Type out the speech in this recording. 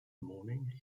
morning